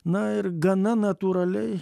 na ir gana natūraliai